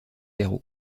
héros